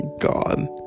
God